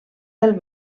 del